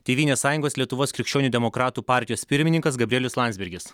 tėvynės sąjungos lietuvos krikščionių demokratų partijos pirmininkas gabrielius landsbergis